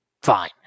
Fine